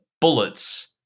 bullets